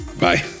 Bye